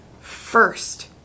first